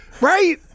Right